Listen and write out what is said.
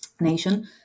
nation